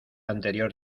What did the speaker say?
anterior